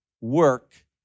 work